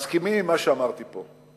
מסכימים עם מה שאמרתי פה,